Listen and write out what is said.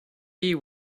you